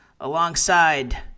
alongside